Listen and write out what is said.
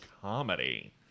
comedy